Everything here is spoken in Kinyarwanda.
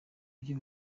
by’i